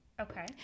Okay